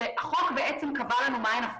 שהחוק קבע לנו מהן.